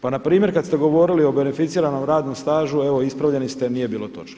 Pa npr. kad ste govorili o beneficiranom radnom stažu evo ispravljeni ste nije bilo točno.